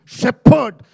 shepherd